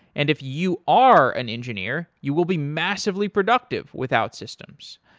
and if you are an engineer, you will be massively productive with outsystems.